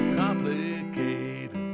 complicated